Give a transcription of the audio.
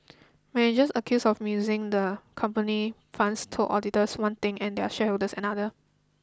managers accused of musing the company's funds told auditors one thing and their shareholders another